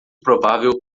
provável